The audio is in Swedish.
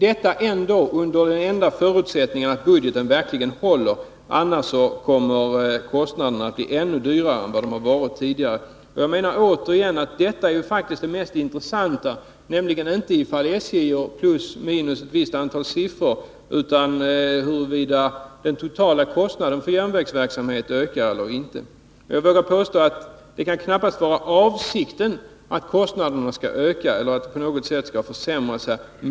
Detta gäller enbart under förutsättning att budgeten verkligen håller; annars kommer kostnaderna att bli ännu högre än de har varit tidigare. Jag menar återigen att det faktiskt är huruvida den totala kostnaden för järnvägsverksamheten ökar eller inte som är det mest intressanta, inte om SJ går med en viss vinst eller en viss förlust. Jag vill påstå att det knappast kan vara avsikten att kostnaderna skall öka eller att SJ:s situation på något sätt skall försämras.